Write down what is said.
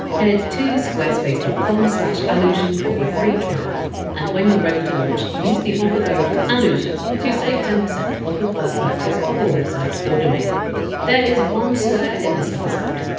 head to squarespace dot com slash allusion for a free trial and when you! re ready to launch, use the offer code allusion to save ten percent off your first purchase of a website or domain there is one swear in this episode,